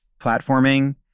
platforming